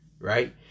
right